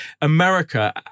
America